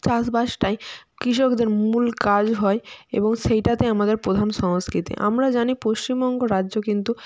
চাষবাসটাই কৃষকদের মূল কাজ হয় এবং সেইটাতে আমাদের প্রধান সংস্কৃতি আমরা জানি পশ্চিমবঙ্গ রাজ্য কিন্তু